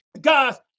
guys